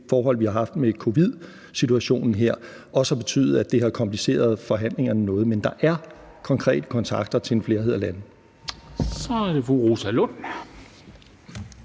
forhold, vi har haft med covidsituationen her, også har betydet, at det har kompliceret forhandlingerne noget. Men der er konkrete kontakter til en flerhed af lande. Kl. 16:31 Formanden